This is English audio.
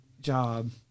job